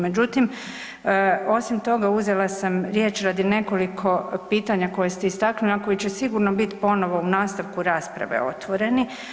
Međutim, osim toga uzela sam riječ radi nekoliko pitanja koja ste istaknuli koji će sigurno biti ponovno u nastavku rasprave otvoreni.